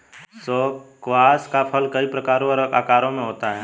squash का फल कई प्रकारों और आकारों में होता है